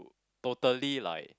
totally like